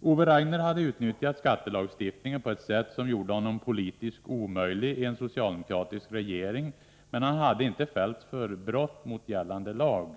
Ove Rainer hade utnyttjat skattelagstiftningen på ett sätt som gjorde honom politiskt omöjlig i en socialdemokratisk regering, men han hade inte fällts för brott mot gällande lag.